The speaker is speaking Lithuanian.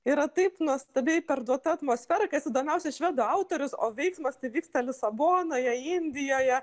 yra taip nuostabiai perduota atmosfera kas įdomiausia švedų autorius o veiksmas tai vyksta lisabonoje indijoje